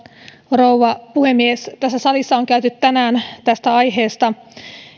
rouva puhemies tässä salissa on käyty tänään tästä aiheesta